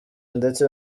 ndetse